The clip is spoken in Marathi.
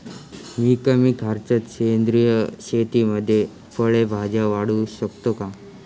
मी कमी खर्चात सेंद्रिय शेतीमध्ये फळे भाज्या वाढवू शकतो का?